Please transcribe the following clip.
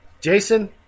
Jason